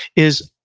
is,